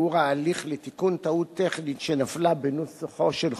והוא ההליך לתיקון טעות טכנית שנפלה בנוסחו של חוק,